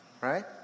right